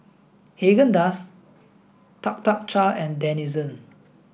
Haagen Dazs Tuk Tuk Cha and Denizen